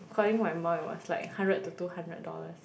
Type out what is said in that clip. according to my mum it was like hundred to two hundred dollars